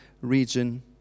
region